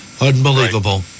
Unbelievable